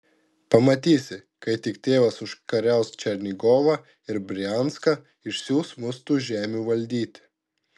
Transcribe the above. pamatysi kai tik tėvas užkariaus černigovą ir brianską išsiųs mus tų žemių valdyti